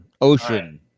Ocean